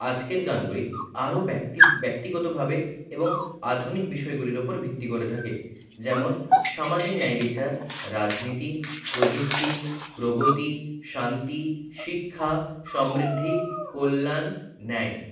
আজকের গানগুলি আরো ব্যক্তি ব্যক্তিগতভাবে এবং আধুনিক বিষয়গুলির উপর ভিত্তি করে থাকে যেমন সামাজিক ন্যায় বিচার রাজনীতি প্রযুক্তি প্রগতি শান্তি শিক্ষা সমৃদ্ধি কল্যাণ ন্যায়